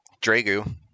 Dragu